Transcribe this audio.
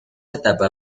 etapa